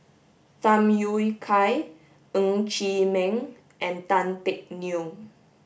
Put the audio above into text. Tham Yui Kai Ng Chee Meng and Tan Teck Neo